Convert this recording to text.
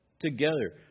together